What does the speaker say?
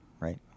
Right